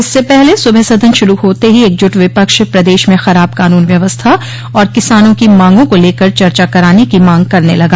इससे पहले सुबह सदन शुरू होते ही एकजुट विपक्ष प्रदेश म खराब कानून व्यवस्था और किसानों की मांगों को लेकर चर्चा कराने की मांग करने लगा